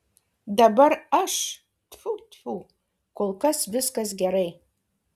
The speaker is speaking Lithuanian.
dabar aš tfu tfu kol kas viskas gerai